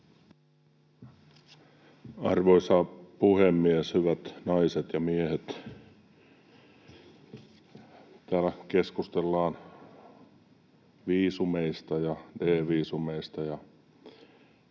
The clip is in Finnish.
Arvoisa puhemies! Hyvät naiset ja miehet! Täällä keskustellaan viisumeista ja D-viisumeista,